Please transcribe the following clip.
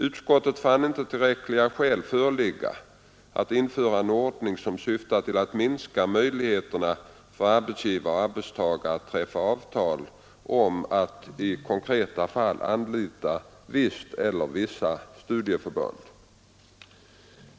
Utskottet fann inte tillräckliga skäl föreligga att införa en ordning som syftar till att minska möjligheterna för arbetsgivare och arbetstagare att träffa avtal om att i konkreta fall anlita visst eller vissa studieförbund.